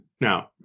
now